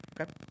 Okay